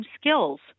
skills